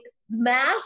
smash